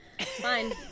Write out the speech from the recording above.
fine